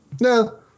No